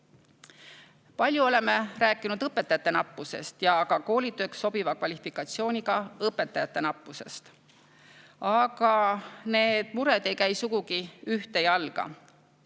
oleme rääkinud õpetajate nappusest, sealhulgas koolitööks sobiva kvalifikatsiooniga õpetajate nappusest. Aga need mured ei käi sugugi ühte jalga.